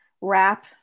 wrap